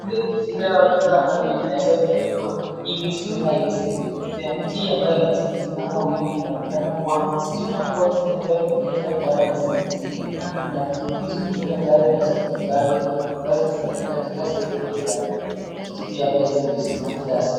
Kile ni kijiti au kifaa ambacho inaweza kuwekwa ili stima iweze kuipitia. Miti ambayo yameweza kusimama wima inaonekana kuwa, stima huwa zinaweza kupitia kuenda masehemu zingine. Kuna miti mingi ambayo imeweza kupandwa ambazo zimeweza katika sehemu hoyo ya kijiti yameweza kusimama.